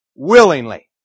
Willingly